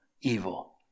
evil